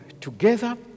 together